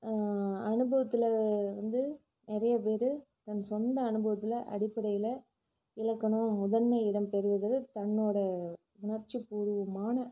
அனுபவத்தில் வந்து நிறைய பேர் தன் சொந்த அனுபவத்தில் அடிப்படையில் இலக்கணம் முதன்மை இடம் பெறுவது தன்னோட உணர்ச்சி பூர்வமான